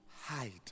hide